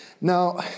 Now